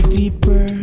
deeper